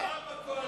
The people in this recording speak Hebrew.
הוא לא בקואליציה,